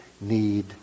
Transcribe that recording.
need